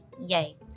Yay